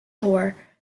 tour